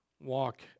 Walk